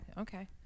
okay